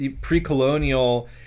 pre-colonial